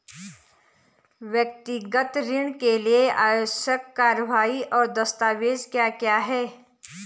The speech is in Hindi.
व्यक्तिगत ऋण के लिए आवश्यक कार्यवाही और दस्तावेज़ क्या क्या हैं?